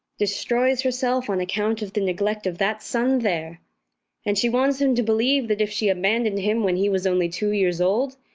de stroys herself on account of the neglect of that son there and she wants him to believe that if she abandoned him when he was only two years old,